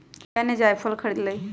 लिलीया ने जायफल खरीद लय